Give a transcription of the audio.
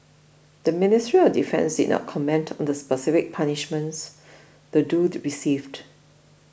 the Ministry of Defence did not comment on the specific punishments the duo received